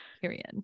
Period